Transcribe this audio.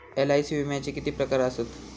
LIC विम्याचे किती प्रकार आसत?